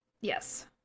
Yes